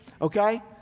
Okay